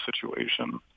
situation